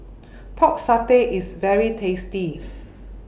Pork Satay IS very tasty